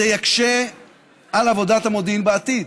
זה יקשה על עבודת המודיעין בעתיד.